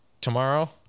tomorrow